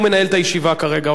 הוא מנהל את הישיבה כרגע,